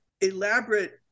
elaborate